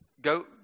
go